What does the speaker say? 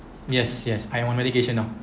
yes yes I'm on medication now